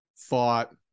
thought